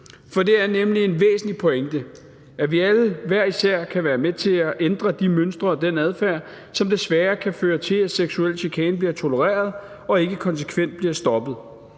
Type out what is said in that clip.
For det er nemlig en væsentlig pointe, at vi alle hver især kan være med til at ændre de mønstre og den adfærd, som desværre kan føre til, at seksuel chikane bliver tolereret og ikke konsekvent bliver stoppet.